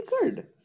good